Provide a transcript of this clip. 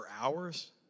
hours